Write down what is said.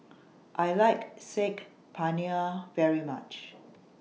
I like Saag Paneer very much